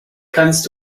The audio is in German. kannst